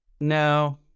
no